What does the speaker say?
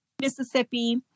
Mississippi